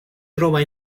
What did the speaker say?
trova